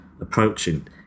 approaching